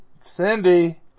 Cindy